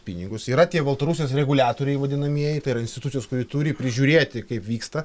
pinigus yra tie baltarusijos reguliatoriai vadinamieji tai yra institucijos kuri turi prižiūrėti kaip vyksta